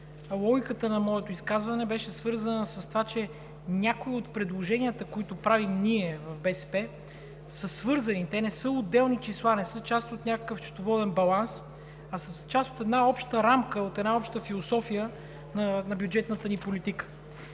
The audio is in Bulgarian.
логиката му беше свързана с това, че някои от предложенията, които правим ние от БСП, са свързани, не са отделни числа, не са част от някакъв счетоводен баланс, а са част от една обща рамка, от една обща философия на бюджетната ни политика.